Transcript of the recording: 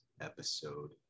episode